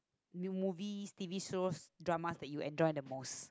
new movies T_V shows drama that you enjoy the most